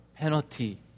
Penalty